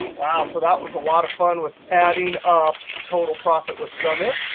wow. so that was a lot of fun with adding up total profit with some ifs,